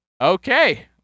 Okay